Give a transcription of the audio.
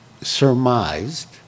surmised